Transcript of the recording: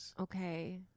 Okay